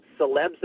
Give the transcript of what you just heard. celebs